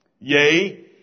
Yea